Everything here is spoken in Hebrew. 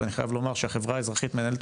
ואני חייב לומר שהחברה האזרחית מנהלת